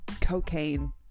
cocaine